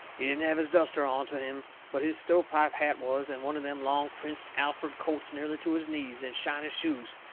he didn't have his duster onto him, but his stove-pipe hat was, and one of them long prince alferd coats nearly to his knees, and shiny shoes,